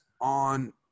on